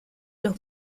los